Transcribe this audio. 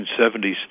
1970s